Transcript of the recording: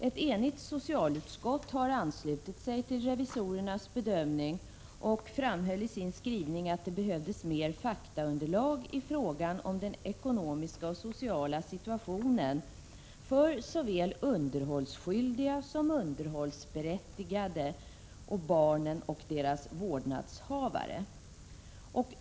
Ett enigt socialutskott har anslutit sig till revisorernas bedömning och framhåller i sin skrivning att det behövs mer faktaunderlag i fråga om den ekonomiska och sociala situationen för såväl underhållsskyldiga som underhållsberättigade, för barnen och deras vårdnadshavare.